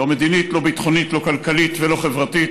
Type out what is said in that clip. לא מדינית, לא ביטחונית, לא כלכלית ולא חברתית.